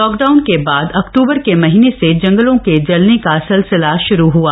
lockdown के बाद अक्टूबर के महीने से जंगलों के जलने का सिलसिला श्रू हआ